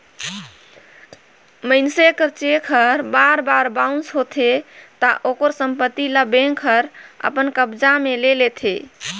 मइनसे कर चेक हर बार बार बाउंस होथे ता ओकर संपत्ति ल बेंक हर अपन कब्जा में ले लेथे